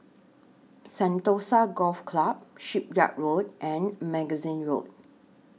Sentosa Golf Club Shipyard Road and Magazine Road